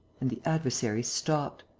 and the adversary stopped.